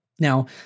Now